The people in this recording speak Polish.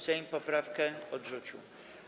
Sejm poprawkę odrzucił.